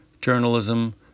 journalism